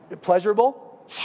pleasurable